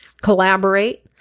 collaborate